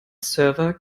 server